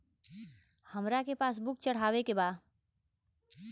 हमरा के पास बुक चढ़ावे के बा?